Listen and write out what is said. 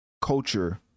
culture